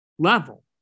level